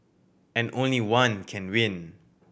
and only one can win